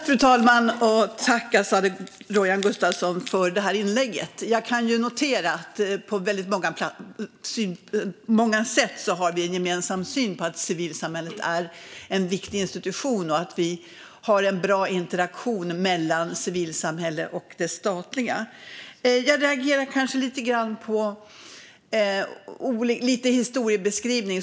Fru talman! Tack, Azadeh Rojhan Gustafsson, för anförandet! Jag kan notera att vi på många sätt har en gemensam syn på att civilsamhället är viktigt och att vi har en bra interaktion mellan civilsamhälle och det statliga. Jag reagerar kanske lite på historiebeskrivningen.